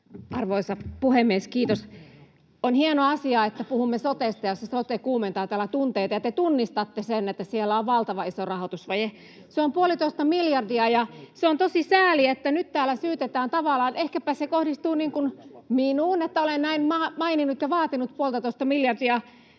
Arvoisa puhemies, kiitos! On hieno asia, että puhumme sotesta ja se sote kuumentaa täällä tunteita ja te tunnistatte sen, että siellä on valtavan iso rahoitusvaje — se on puolitoista miljardia. On tosi sääli, että nyt täällä syytetään tavallaan... Ehkäpä se kohdistuu minuun, että olen näin maininnut ja vaatinut puoltatoista miljardia